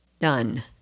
done